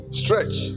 stretch